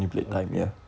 okay